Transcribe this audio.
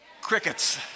Crickets